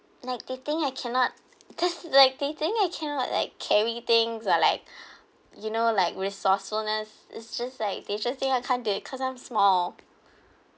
like they think I cannot cause like they think I cannot like carry things uh like you know like resourcefulness it's just like they just think I can't do it cause I'm small